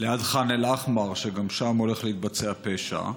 ליד חאן אל-אחמר, שגם שם הולך להתבצע פשע,